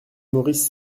maurice